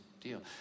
deal